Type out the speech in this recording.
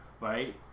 Right